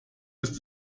ist